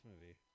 movie